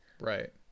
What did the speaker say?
right